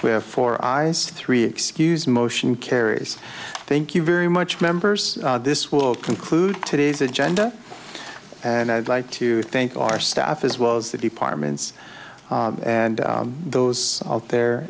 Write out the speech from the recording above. where for i's three excuse motion carries thank you very much members this will conclude today's agenda and i'd like to thank our staff as well as the departments and those out there